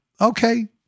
okay